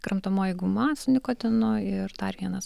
kramtomoji guma su nikotinu ir dar vienas